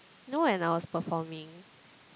you know when I was performing